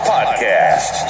Podcast